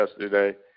yesterday